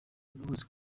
imbabazi